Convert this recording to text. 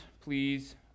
please